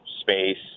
space